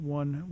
one